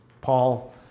Paul